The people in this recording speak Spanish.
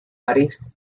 parís